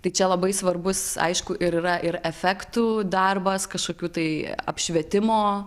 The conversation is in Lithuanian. tai čia labai svarbus aišku ir yra ir efektų darbas kažkokių tai apšvietimo